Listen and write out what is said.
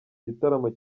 gitaramo